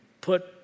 put